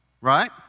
Right